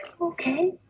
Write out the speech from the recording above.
Okay